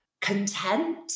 content